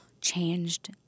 changed